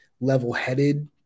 level-headed